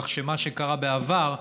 כך שמה שקרה בעבר,